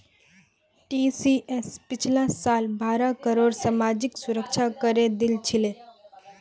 TCS पिछला साल बारह करोड़ सामाजिक सुरक्षा करे दिल छिले